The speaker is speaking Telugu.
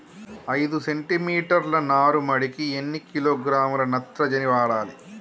ఐదు సెంటి మీటర్ల నారుమడికి ఎన్ని కిలోగ్రాముల నత్రజని వాడాలి?